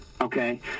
Okay